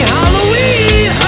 Halloween